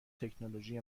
تکنولوژی